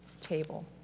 table